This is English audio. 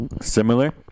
similar